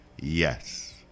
yes